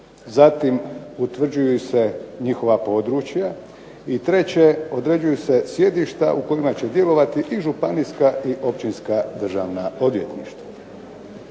zatim utvrđuju se njihova područja i tre će, određuju se sjedišta u kojima će djelovati i županijska i općinska državna odvjetništva.